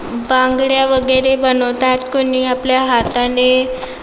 बांगड्या वगैरे बनवतात कोणी आपल्या हाताने